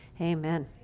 Amen